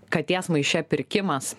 katės maiše pirkimas